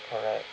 correct